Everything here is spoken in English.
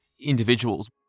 individuals